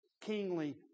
kingly